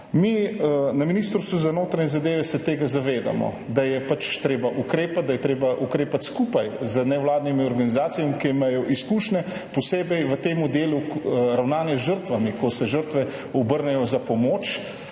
Mi na Ministrstvu za notranje zadeve se tega zavedamo, da je pač treba ukrepati, da je treba ukrepati skupaj z nevladnimi organizacijami, ki imajo izkušnje, posebej v tem delu ravnanja z žrtvami, ko se žrtve obrnejo za pomoč